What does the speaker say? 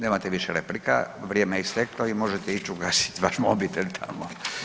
Nemate više replika, vrijeme je isteklo i možete ić ugasit vaš mobitel tamo.